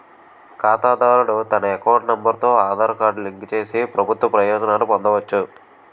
ఖాతాదారుడు తన account number తో ఆధార్ కార్డు లింక్ చేసి ప్రభుత్వ ప్రయోజనాలు పొందవచ్చు